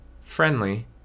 friendly